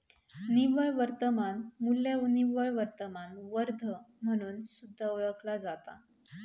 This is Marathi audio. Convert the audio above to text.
निव्वळ वर्तमान मू्ल्य निव्वळ वर्तमान वर्थ म्हणून सुद्धा ओळखला जाता